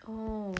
oh